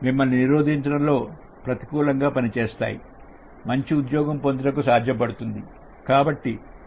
మిమ్మల్ని నిరోధించడంలో ప్రతికూలంగా పనిచేస్తుంది మంచి ఉద్యోగం పొందుటకు సాధ్యపడుతుంది